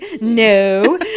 No